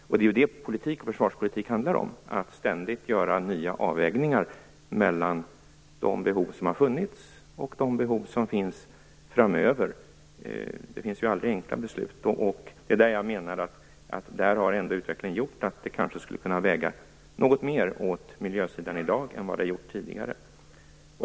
Det är ju det försvarspolitik handlar om; att ständigt göra nya avvägningar mellan de behov som har funnits och de behov som finns framöver. Beslut är ju aldrig enkla. Jag menar att utvecklingen har gjort att den här frågan kanske skulle kunna väga något mer åt miljösidan i dag än den har gjort tidigare.